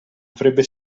avrebbe